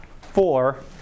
four